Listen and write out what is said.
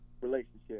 relationship